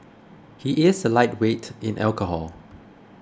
he is a lightweight in alcohol